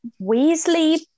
Weasley